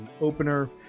opener